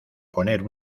poner